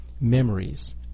memories